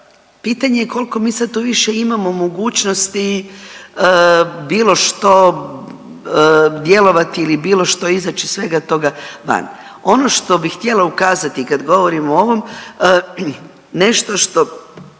pitanje je koliko mi sad tu više imamo mogućnosti bilo što djelovati ili bilo što izaći iz svega toga van. Ono što bi htjela ukazati kad govorimo o ovom nešto što